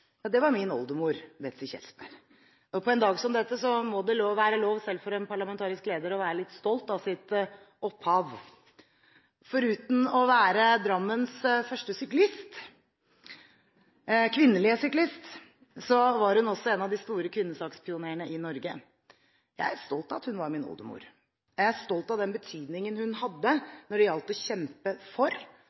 var min oldemor Betzy Kjelsberg. På en dag som denne må det være lov selv for en parlamentarisk leder å være litt stolt av sitt opphav. Foruten å være Drammens første kvinnelige syklist, var hun også en av de store kvinnesakspionerene i Norge. Jeg er stolt av at hun var min oldemor. Jeg er stolt av den betydningen hun hadde når det gjaldt å kjempe for,